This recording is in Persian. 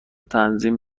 تنظیم